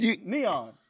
Neon